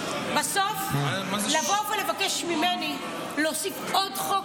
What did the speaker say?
בסוף לבוא ולבקש ממני להוסיף עוד חוק